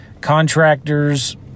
contractors